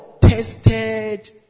tested